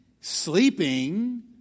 sleeping